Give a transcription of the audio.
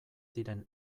diren